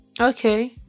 Okay